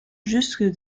jusque